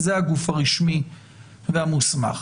זה הגוף הרשמי והמוסמך.